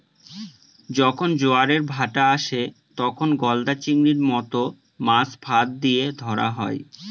যখন জোয়ারের ভাঁটা আসে, তখন গলদা চিংড়ির মত মাছ ফাঁদ দিয়ে ধরা হয়